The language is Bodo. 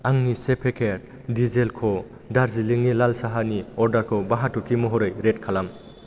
आंनि से पेकेट टिजिएल क' दार्जिलिंनि लाल साहानि अर्डारखौ बा हाथरखि महरै रेट खालाम